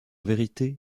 vérité